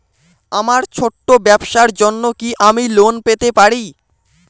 আমার ছোট্ট ব্যাবসার জন্য কি আমি লোন পেতে পারি?